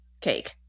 cake